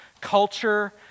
culture